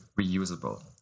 reusable